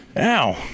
Ow